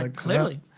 ah clearly.